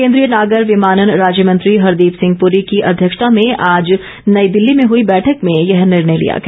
केंद्रीय नागर विमानन राज्य मंत्री हरदीप सिंह पुरी को अध्यक्षता में आज नई दिल्ली में हुई बैठक में यह निर्णय लिया गया